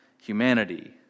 humanity